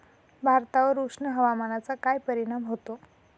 भातावर उष्ण हवामानाचा काय परिणाम होतो?